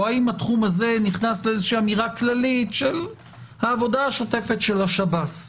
או האם התחום הזה נכנס לאמירה כללית של העבודה השופטת של השב"ס?